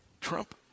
Trump